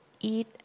eat